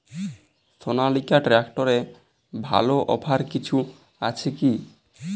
সনালিকা ট্রাক্টরে ভালো অফার কিছু আছে কি?